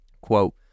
quote